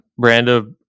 Branda